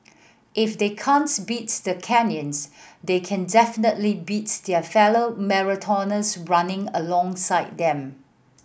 if they can't beat the Kenyans they can definitely beat their fellow marathoners running alongside them